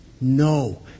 No